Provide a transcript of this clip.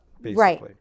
right